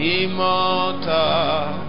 Immortal